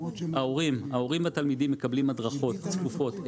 ההורים והתלמידים מקבלים הדרכות צפופות,